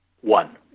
One